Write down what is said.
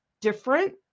different